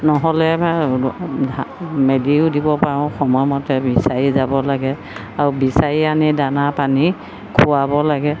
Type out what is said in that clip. নহ'লে বা মেলিয়ো দিব পাৰোঁ সময়মতে বিচাৰি যাব লাগে আৰু বিচাৰি আনি দানা পানী খুৱাব লাগে